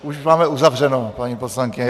Už máme uzavřeno, paní poslankyně.